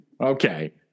Okay